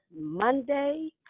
Monday